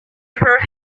her